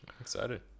excited